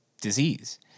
disease